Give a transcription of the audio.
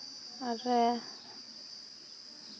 ᱟᱨᱮ